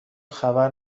خبر